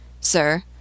Sir